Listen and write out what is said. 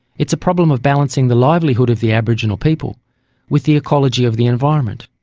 it's a problem of balancing the livelihood of the aboriginal people with the ecology of the environment,